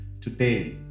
today